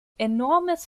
enormes